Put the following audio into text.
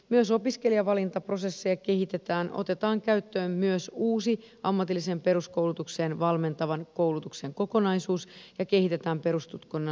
myös opiskelijavalintaprosesseja kehitetään otetaan käyttöön myös uusi ammatilliseen peruskoulutukseen valmentavan koulutuksen kokonaisuus ja kehitetään perustutkinnon suorittamisen malleja